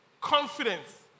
Confidence